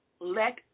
let